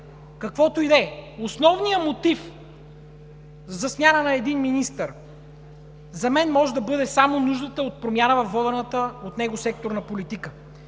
Каквото и да е, основният мотив за смяна на един министър за мен може да бъде само нуждата от промяна във водената от него секторна политика.